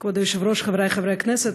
כבוד היושב-ראש, חברי חברי הכנסת,